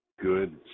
good